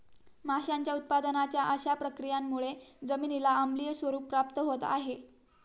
माशांच्या उत्पादनाच्या अशा प्रक्रियांमुळे जमिनीला आम्लीय स्वरूप प्राप्त होत आहे